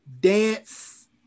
dance